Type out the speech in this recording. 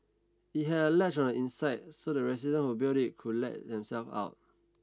it had a latch on the inside so the residents who built it could let themselves out